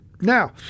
Now